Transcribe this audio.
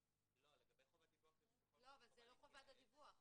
לגבי חובת דיווח יש --- זו לא חובת הדיווח.